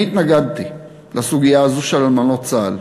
אני התנגדתי לסוגיה הזו של אלמנות צה"ל,